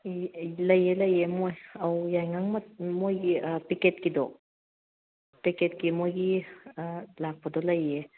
ꯂꯩꯌꯦ ꯂꯩꯌꯦ ꯃꯣꯏ ꯑꯧ ꯌꯥꯏꯉꯪ ꯃꯣꯏꯒꯤ ꯄꯦꯀꯦꯠꯀꯤꯗꯣ ꯄꯦꯀꯦꯠꯀꯤ ꯃꯣꯏꯒꯤ ꯂꯥꯛꯄꯗꯣ ꯂꯩꯌꯦ